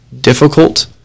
difficult